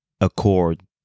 Accord